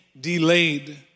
delayed